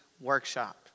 workshop